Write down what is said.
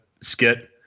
skit